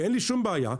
ואין לי שום בעיה.